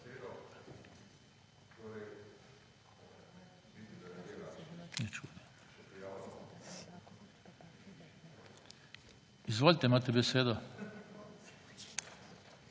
Izvolite, imate besedo.